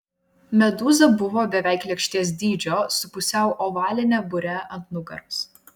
medūza buvo beveik lėkštės dydžio su pusiau ovaline bure ant nugaros